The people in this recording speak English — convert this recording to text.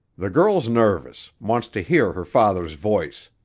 the girl's nervous wants to hear her father's voice.